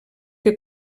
que